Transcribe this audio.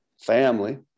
family